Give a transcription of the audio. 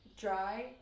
dry